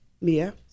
Mia